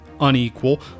unequal